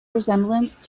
resemblance